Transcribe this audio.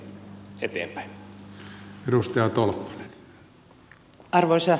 arvoisa puhemies